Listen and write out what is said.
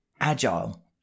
Agile